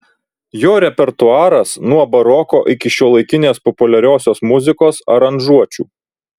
jo repertuaras nuo baroko iki šiuolaikinės populiariosios muzikos aranžuočių